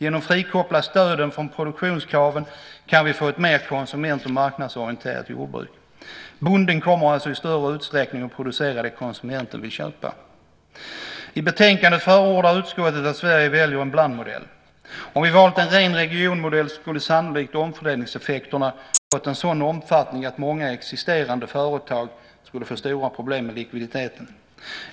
Genom att frikoppla stöden från produktionskraven kan vi få ett mer konsument och marknadsorienterat jordbruk. Bonden kommer alltså i större utsträckning att producera det som konsumenten vill köpa. I betänkandet förordar utskottet att Sverige väljer en blandmodell. Om vi hade valt en ren regionmodell skulle sannolikt omfördelningseffekterna ha fått en sådan omfattning att många existerande företag skulle få stora problem med likviditeten.